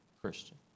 christian